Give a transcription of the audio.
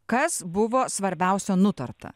kas buvo svarbiausio nutarta